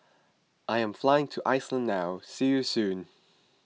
I am flying to Iceland now see you soon